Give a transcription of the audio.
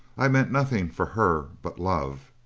i meant nothing for her but love.